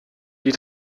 die